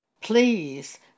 Please